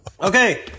Okay